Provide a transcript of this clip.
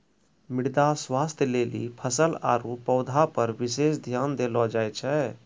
मृदा स्वास्थ्य लेली फसल आरु पौधा पर विशेष ध्यान देलो जाय छै